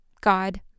god